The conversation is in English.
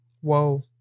Whoa